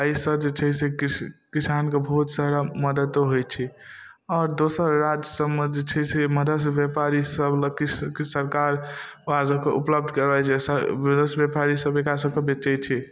अइसँ जे छै से किस किसानके बहुत सारा मदतो होइ छै आओर दोसर राज्य सबमे जे छै से मदर्स व्यापारी सब लग किछु सरकार ओकरा सबके उपलब्ध करबै छै व्यापारीसँ एकरा सबसँ बेचै छै